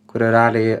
kuri realiai